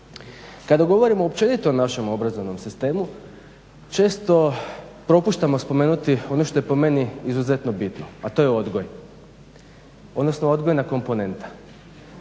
Kada govorimo općenito o našem obrazovnom sistemu često propuštamo spomenuti ono što je po meni izuzetno bitno, a to je odgoj, odnosno odgojna komponenta.